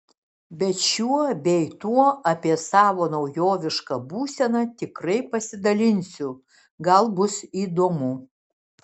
bet šiuo bei tuo apie savo naujovišką būseną tikrai pasidalinsiu gal bus įdomu